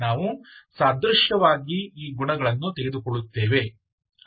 ನಾವು ಸಾದೃಶ್ಯವಾಗಿ ಈ ಗುಣಗಳನ್ನು ತೆಗೆದುಕೊಳ್ಳುತ್ತೇವೆ